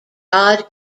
god